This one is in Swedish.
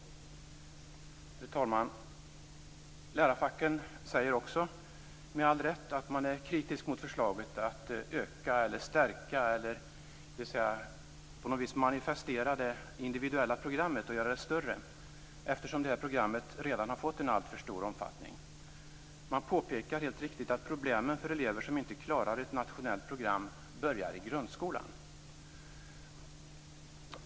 Fru talman! Lärarfacken säger också, med all rätt, att de är kritiska mot förslaget att man skall stärka eller på något vis manifestera det individuella programmet och göra det större, eftersom det här programmet redan har fått en alltför stor omfattning. De påpekar helt riktigt att problemen för elever som inte klarar ett nationellt program börjar i grundskolan.